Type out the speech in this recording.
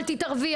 אל תתערבי',